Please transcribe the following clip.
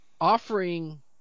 offering